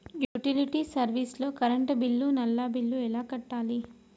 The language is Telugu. యుటిలిటీ సర్వీస్ లో కరెంట్ బిల్లు, నల్లా బిల్లు ఎలా కట్టాలి?